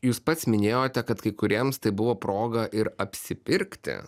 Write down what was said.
jūs pats minėjote kad kai kuriems tai buvo proga ir apsipirkti